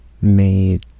Made